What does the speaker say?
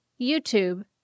YouTube